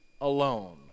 alone